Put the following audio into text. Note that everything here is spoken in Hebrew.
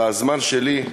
בזמן שלי,